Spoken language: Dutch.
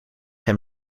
hem